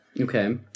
Okay